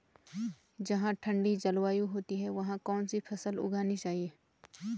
जहाँ ठंडी जलवायु होती है वहाँ कौन सी फसल उगानी चाहिये?